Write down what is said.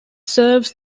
serves